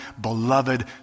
beloved